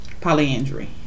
polyandry